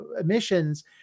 emissions